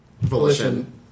Volition